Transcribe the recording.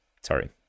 sorry